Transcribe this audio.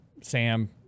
Sam